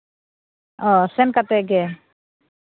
ᱚ ᱥᱮᱱ ᱠᱟᱛᱮᱫ ᱜᱮ